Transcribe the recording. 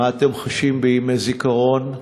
מה אתם חשים בימי זיכרון,